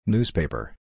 Newspaper